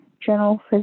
General